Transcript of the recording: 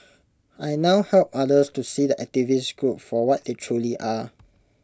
I now help others to see the activist group for what they truly are